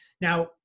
Now